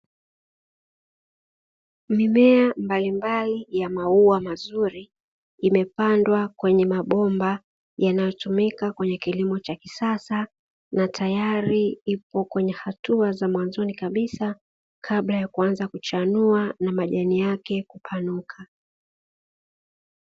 Mimea mbalimbali ya maua mazuri imepandwa kwenye mabomba yanayotumika kwenye kilimo cha kisasa, na tayari ipo kwenye hatua za mwanzoni kabisa kabla ya kuanza kuchanua na majani yake kupanuka.